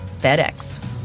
FedEx